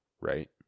right